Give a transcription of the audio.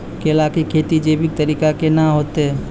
केला की खेती जैविक तरीका के ना होते?